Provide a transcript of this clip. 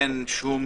אין שום